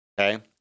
okay